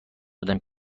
بودم